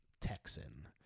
Texan